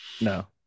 No